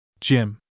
Jim